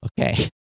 okay